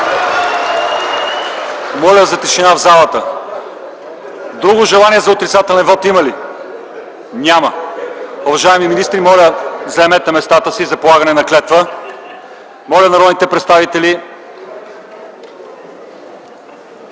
Моля за тишина в залата! Друго желание за отрицателен вот има ли? Няма. Уважаеми министри, моля заемете местата си за полагане на клетва. Моля народните представители…